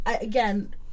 again